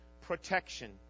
protection